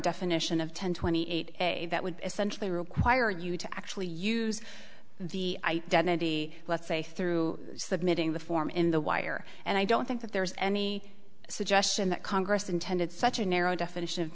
definition of ten twenty eight that would essentially require you to actually use the identity let's say through submitting the form in the wire and i don't think that there's any suggestion that congress intended such a narrow definition of